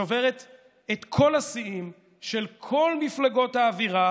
שוברת את כל השיאים של כל מפלגות האווירה